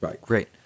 great